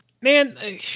Man